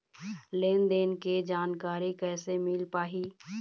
लेन देन के जानकारी कैसे मिल पाही?